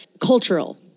cultural